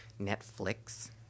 Netflix